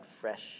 fresh